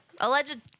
Alleged